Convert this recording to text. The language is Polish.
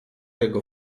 jego